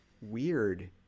weird